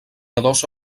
adossa